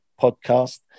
podcast